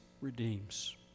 redeems